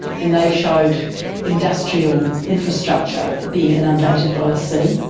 and they showed industrial infrastructure being inundated by the sea.